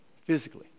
physically